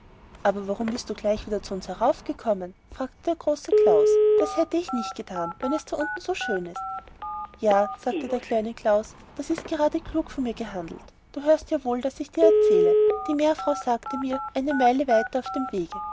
aber warum bist du gleich wieder zu uns heraufgekommen fragte der große klaus das hätte ich nicht gethan wenn es so schön dort unten ist ja sagte der kleine klaus das ist gerade klug von mir gehandelt du hörst ja wohl daß ich dir erzähle die seejungfrau sagte mir eine meile weiter auf dem wege